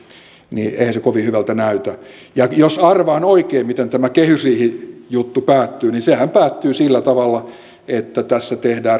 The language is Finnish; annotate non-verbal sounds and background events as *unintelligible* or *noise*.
niin eihän se kovin hyvältä näytä ja jos arvaan oikein miten tämä kehysriihijuttu päättyy niin sehän päättyy sillä tavalla että tässä tehdään *unintelligible*